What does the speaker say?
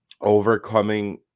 overcoming